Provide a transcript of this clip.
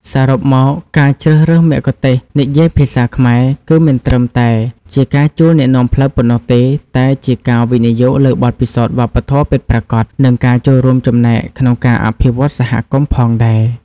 សរុបមក ការជ្រើសរើសមគ្គុទ្ទេសក៍និយាយភាសាខ្មែរ គឺមិនត្រឹមតែជាការជួលអ្នកនាំផ្លូវប៉ុណ្ណោះទេ តែជាការ វិនិយោគលើបទពិសោធន៍វប្បធម៌ពិតប្រាកដ និងការចូលរួមចំណែកក្នុងការអភិវឌ្ឍន៍សហគមន៍ផងដែរ។